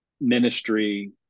ministry